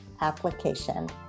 application